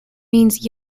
means